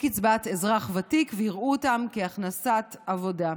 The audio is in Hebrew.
לקצבת אזרח ותיק, ויראו אותם כהכנסת עבודה.